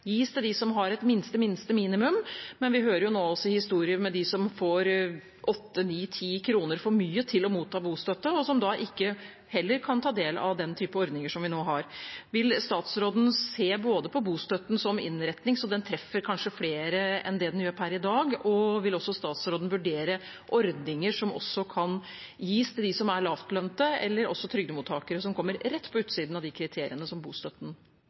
gis til dem som har et minste minimum, men vi hører jo nå historier om dem som får åtte, ni, ti kroner for mye til å motta bostøtte, og som da ikke kan ta del i den typen ordninger som vi nå har. Vil statsråden se på bostøtten som innretning, så den treffer flere enn det den gjør per i dag? Og vil statsråden også vurdere ordninger for dem som er lavtlønte, eller for trygdemottakere som faller rett utenfor de kriteriene som bostøtten